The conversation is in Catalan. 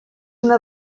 una